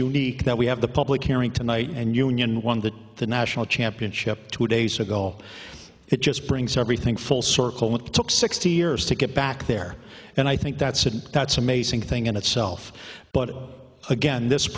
unique that we have the public airing tonight and union won that the national championship two days ago it just brings everything full circle it took sixty years to get back there and i think that's an amazing thing in itself but again this